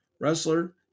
wrestler